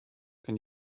can